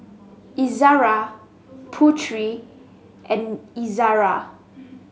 Izzara Putri and Izzara